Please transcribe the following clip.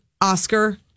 Oscar